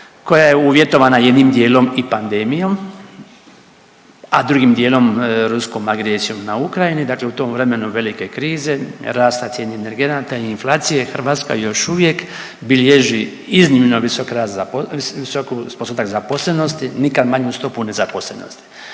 koja je uvjetovana jednim dijelom i pandemijom, a drugim dijelom ruskom agresijom na Ukrajinu i dakle u tom vremenu velike krize rasta cijene energenata i inflacije Hrvatska još uvijek bilježi iznimno visok rast, visok postotak zaposlenosti i nikad manju stopu nezaposlenosti.